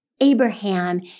Abraham